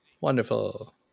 Wonderful